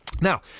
Now